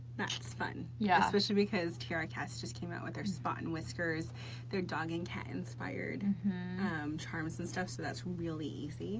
that's fun yeah especially because tierracast just came out with their spot and whiskers they're dog and cat inspired charms and stuff so that's really easy